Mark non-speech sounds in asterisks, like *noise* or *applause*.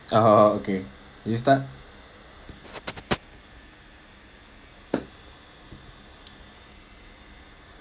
*laughs* okay you start